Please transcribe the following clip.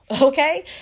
Okay